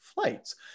flights